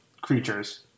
creatures